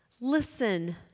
Listen